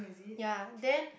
ya then